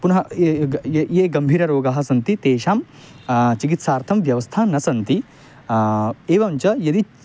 पुनः ये ये गम्भीररोगाः सन्ति तेषां चिकित्सार्थं व्यवस्थाः न सन्ति एवं च यदि